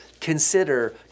consider